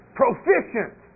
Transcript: proficient